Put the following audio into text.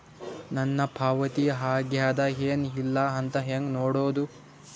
ನನ್ನ ಪಾವತಿ ಆಗ್ಯಾದ ಏನ್ ಇಲ್ಲ ಅಂತ ಹೆಂಗ ನೋಡುದು?